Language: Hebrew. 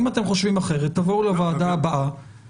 אם אתם חושבים אחרת תבואו לוועדה הבאה,